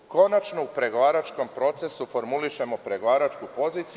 Konačno, u pregovaračkom procesu formulišemo pregovaračku poziciju.